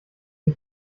die